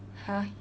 !huh!